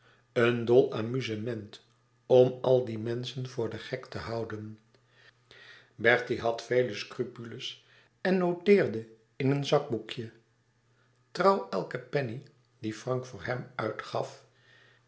een dol amusement om al die menschen voor den gek te houden bertie had vele scrupules en noteerde in een zakboekje trouw elke penny die frank voor hem uitgaf in